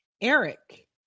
Eric